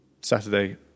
Saturday